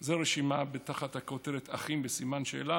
זו רשימה תחת הכותרת "אחים בסימן שאלה?